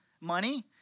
money